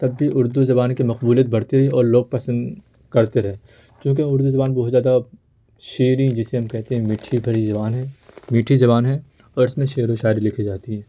تب بھی اردو زبان کی مقبولیت بڑھتی رہی اور لوگ پسند کرتے رہے چونکہ اردو زبان بہت زیادہ شیریں جسے ہم کہتے ہیں میٹھی بھری زبان ہے میٹھی زبان ہے اور اس میں شعر و شاعری لکھی جاتی ہے